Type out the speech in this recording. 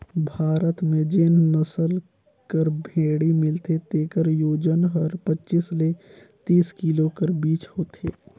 भारत में जेन नसल कर भेंड़ी मिलथे तेकर ओजन हर पचीस ले तीस किलो कर बीच होथे